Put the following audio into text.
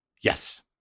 Yes